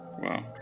Wow